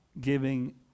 giving